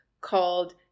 called